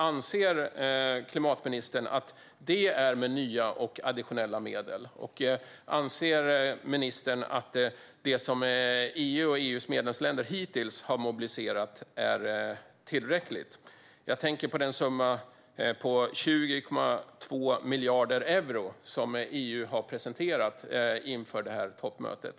Anser klimatministern att det handlar om nya och additionella medel? Anser ministern att det som EU och EU:s medlemsländer hittills har mobiliserat är tillräckligt? Jag tänker på summan 20,2 miljarder euro som EU har presenterat inför detta toppmöte.